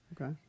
okay